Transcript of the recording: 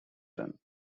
done